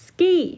Ski